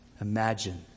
imagine